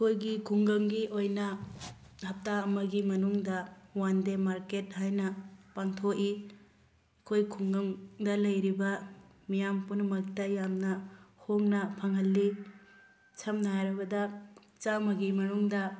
ꯑꯩꯈꯣꯏꯒꯤ ꯈꯨꯡꯒꯪꯒꯤ ꯑꯣꯏꯅ ꯍꯞꯇꯥ ꯑꯃꯒꯤ ꯃꯅꯨꯡꯗ ꯋꯥꯟ ꯗꯦ ꯃꯥꯔꯀꯦꯠ ꯍꯥꯏꯅ ꯄꯥꯡꯊꯣꯛꯏ ꯑꯩꯈꯣꯏ ꯈꯨꯡꯒꯪꯗ ꯂꯩꯔꯤꯕ ꯃꯤꯌꯥꯝ ꯄꯨꯝꯅꯃꯛꯇ ꯌꯥꯝꯅ ꯍꯣꯡꯅ ꯐꯪꯍꯜꯂꯤ ꯁꯝꯅ ꯍꯥꯏꯔꯕꯗ ꯆꯥꯝꯃꯒꯤ ꯃꯅꯨꯡꯗ